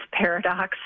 paradox